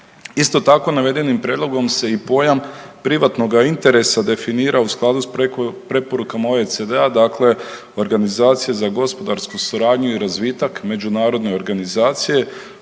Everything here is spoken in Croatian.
Isto tako navedenim prijedlogom se i pojam privatnoga interesa definira u skladu s preporukama OECD-a dakle Organizacije za gospodarsku suradnju i razvitak međunarodne organizacije